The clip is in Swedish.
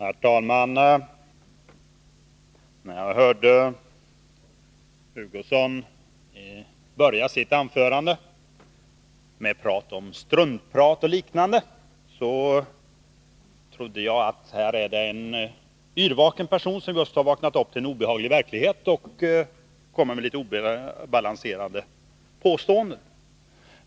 Herr talman! När Kurt Hugosson började sitt anförande med att tala om struntprat och liknande, tänkte jag att här talar en yrvaken person. Han har just vaknat upp till en obehaglig verklighet och kommer med litet obalanserade påståenden.